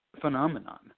phenomenon